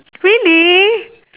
really